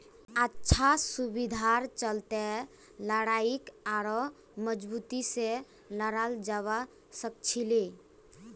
अच्छा सुविधार चलते लड़ाईक आढ़ौ मजबूती से लड़ाल जवा सखछिले